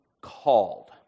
Called